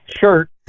shirt